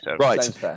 right